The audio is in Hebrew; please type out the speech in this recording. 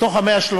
מתוך ה-130